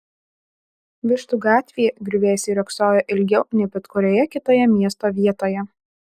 vištų gatvėje griuvėsiai riogsojo ilgiau nei bet kurioje kitoje miesto vietoje